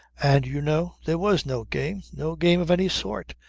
and, you know, there was no game, no game of any sort,